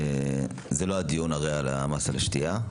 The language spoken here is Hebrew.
זה לא דיון על המס על השתייה,